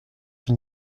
une